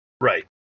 Right